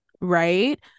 right